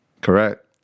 Correct